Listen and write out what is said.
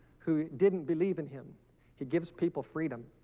who didn't believe in him he gives people freedom